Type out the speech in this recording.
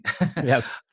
Yes